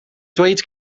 dweud